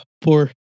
Poor